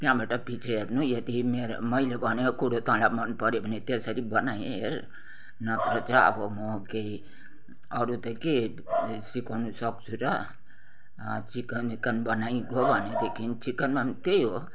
त्यहाँबाट पछि हेर्नु यदि मेरो मैले भनेको कुरो तँलाई मनपऱ्यो भने त्यसरी बनाई हेर नत्र चाहिँ अब म केही अरू त के सिकाउनु सक्छु र चिकन विकन बनाई गयो भनेदेखि चिकनमा पनि त्यही हो